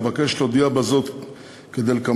אבקש להודיע בזאת כדלקמן: